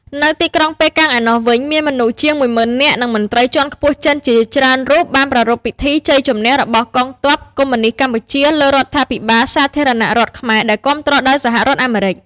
នៅទីក្រុងប៉េកាំងឯណោះវិញ មានមនុស្សជាង ១ ម៉ឺននាក់ និងមន្ត្រីជាន់ខ្ពស់ចិនជាច្រើនរូបបានប្រារព្ធពិធីជ័យជម្នះរបស់កងទ័ពកុម្មុយនីស្តកម្ពុជាលើរដ្ឋាភិបាលសាធារណរដ្ឋខ្មែរដែលគាំទ្រដោយសហរដ្ឋអាមេរិក។